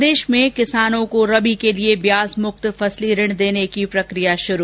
प्रदेश में किसानों को रबी के लिए ब्याज मुक्त फसली ऋण वितरण की प्रक्रिया शुरू